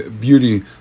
beauty